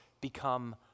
become